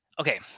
okay